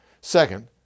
Second